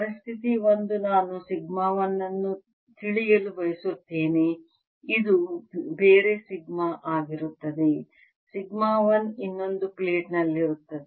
ಪರಿಸ್ಥಿತಿ ಒಂದು ನಾನು ಸಿಗ್ಮಾ 1 ಅನ್ನು ತಿಳಿಯಲು ಬಯಸುತ್ತೇನೆ ಇದು ಬೇರೆ ಸಿಗ್ಮಾ ಆಗಿರುತ್ತದೆ ಸಿಗ್ಮಾ 1 ಇನ್ನೊಂದು ಪ್ಲೇಟ್ ನಲ್ಲಿರುತ್ತದೆ